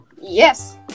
yes